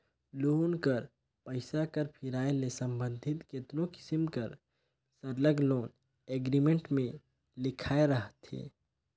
loan कर पइसा कर फिराए ले संबंधित केतनो किसिम कर सरल लोन एग्रीमेंट में लिखाए रहथे